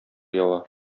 ява